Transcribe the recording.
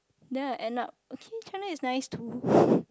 then I end up okay China is nice too